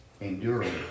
enduring